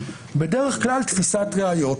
בדרך כלל תפיסת ראיות.